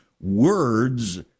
words